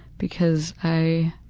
because i